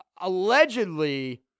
allegedly